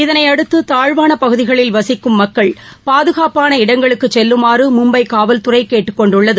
இதனையடுத்து தாழ்வான பகுதிகளில் வசிக்கும் மக்கள் பாதுகாப்பான இடங்களுக்குச் செல்லுமாறு மும்பை காவல்துறை கேட்டுக் கொண்டுள்ளது